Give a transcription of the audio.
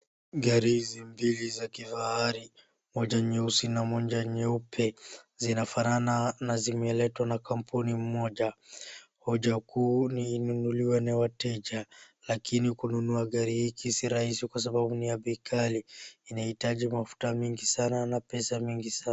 Gari hizi mbili za kifahari moja ya nyeusi na moja nyeupe zinafanana na zimeletwa na kampuni moja. Hoja kuu ni inunuliee na wateja lakini kununua gari hiki si rahisi kwa sababu ni ya bei ghali. Inahitaji mafuta mingi sana na pesa mingi sana.